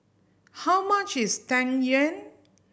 how much is Tang Yuen